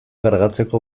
kargatzeko